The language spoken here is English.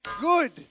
Good